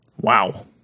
Wow